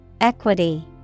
Equity